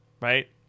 Right